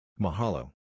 Mahalo